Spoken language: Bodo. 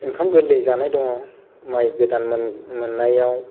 ओंखाम गोरलै जानाय दङ माइ गोदान मोननायाव